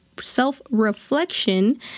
self-reflection